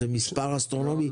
זה מספר אסטרונומי.